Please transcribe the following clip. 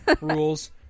rules